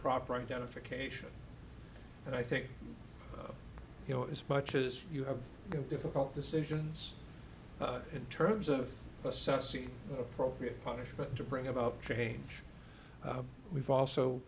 proper identification and i think you know as much as you have the difficult decisions in terms of assessing appropriate punishment to bring about change we've also